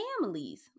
families